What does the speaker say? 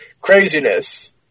Craziness